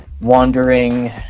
wandering